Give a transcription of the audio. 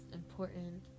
important